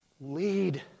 lead